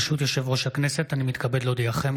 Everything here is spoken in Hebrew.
אני מתכבד להודיעכם,